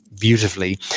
beautifully